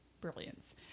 brilliance